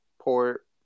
port